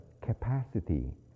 capacity